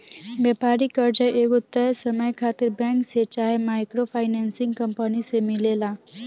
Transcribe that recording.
व्यापारिक कर्जा एगो तय समय खातिर बैंक से चाहे माइक्रो फाइनेंसिंग कंपनी से मिलेला